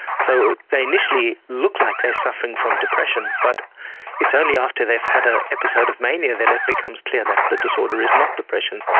so they initially look like they are suffering from depression but it's only after they have had an episode of mania that it becomes clear that the disorder is not depression,